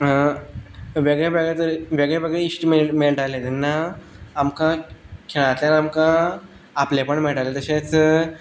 वेगळेवेगळे जर वेगळेवेगळे इश्ट मेळटाले तेन्ना आमकां खेळांतल्यान आमकां आपलेंपण मेळटालें तशेंच